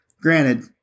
Granted